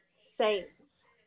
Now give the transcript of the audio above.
Saints